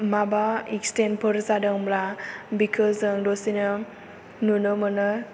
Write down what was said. माबा एक्सिडेन्टफोर जादोंबा बिखौ जों दसेनो नुनो मोनो